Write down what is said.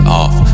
off